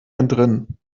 entrinnen